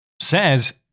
Says